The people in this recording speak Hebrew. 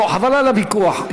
חבל על הוויכוח.